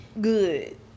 Good